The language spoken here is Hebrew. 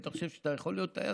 אתה חושב שאתה יכול להיות טייס?